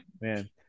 man